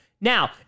Now